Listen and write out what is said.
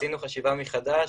עשינו חשיבה מחדש.